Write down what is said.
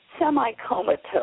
Semi-comatose